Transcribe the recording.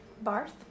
Barth